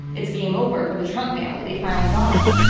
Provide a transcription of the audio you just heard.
it's game over for the trump family. they finally got him.